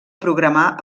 programar